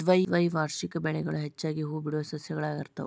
ದ್ವೈವಾರ್ಷಿಕ ಬೆಳೆಗಳು ಹೆಚ್ಚಾಗಿ ಹೂಬಿಡುವ ಸಸ್ಯಗಳಾಗಿರ್ತಾವ